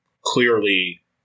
clearly